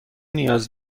نیاز